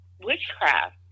witchcraft